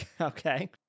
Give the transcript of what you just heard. okay